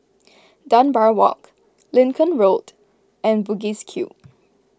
Dunbar Walk Lincoln Road and Bugis Cube